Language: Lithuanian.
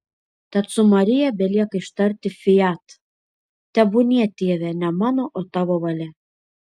tad su marija belieka ištarti fiat tebūnie tėve ne mano o tavo valia